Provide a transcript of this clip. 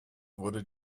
wurde